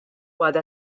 għadha